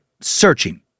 searching